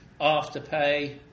Afterpay